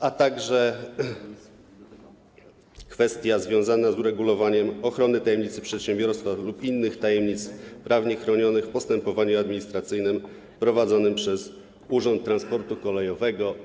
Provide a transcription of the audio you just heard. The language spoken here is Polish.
Jest także kwestia związana z uregulowaniem ochrony tajemnicy przedsiębiorstwa lub innych tajemnic prawnie chronionych w postępowaniu administracyjnym prowadzonym przez Urząd Transportu Kolejowego.